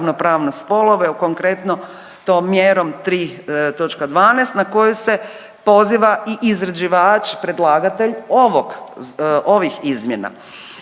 ravnopravnost spolova i konkretno tom mjerom 3.12 na koju se poziva i izrađivač predlagatelj ovih izmjena.